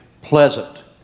Pleasant